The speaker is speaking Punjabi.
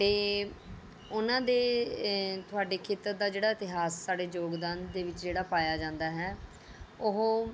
ਅਤੇ ਉਹਨਾਂ ਦੇ ਤੁਹਾਡੇ ਖੇਤਰ ਦਾ ਜਿਹੜਾ ਇਤਿਹਾਸ ਸਾਡੇ ਯੋਗਦਾਨ ਦੇ ਵਿੱਚ ਜਿਹੜਾ ਪਾਇਆ ਜਾਂਦਾ ਹੈ ਉਹ